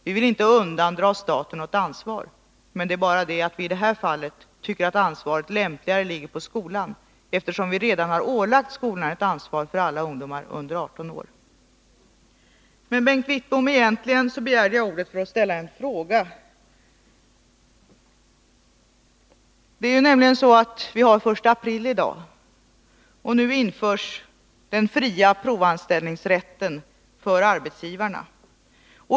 Vi vill inte undandra staten något ansvar, men i det här fallet tycker vi att det är lämpligare att ansvaret ligger på skolan, eftersom vi redan har ålagt skolan ett ansvar för alla ungdomar under 18 år. Men egentligen begärde jag ordet för att ställa en fråga till Bengt Wittbom. Vi har i dag den 1 april. Nu införs den fria provanställningsrätten för arbetsgivarna.